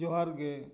ᱡᱚᱦᱟᱨ ᱜᱮ